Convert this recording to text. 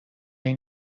این